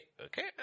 Okay